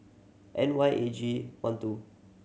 N Y eight G one two